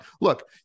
look